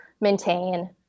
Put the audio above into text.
maintain